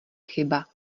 chyba